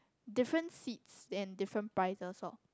different seats and different price also